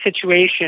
situation